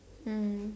mm